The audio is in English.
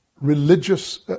religious